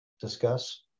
discuss